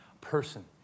person